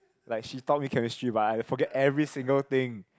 like she taught me chemistry but I forget every single thing